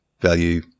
value